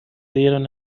dieron